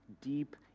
deep